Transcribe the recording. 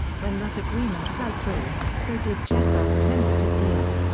when that agreement fell through, so did jeter's tentative deal.